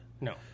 No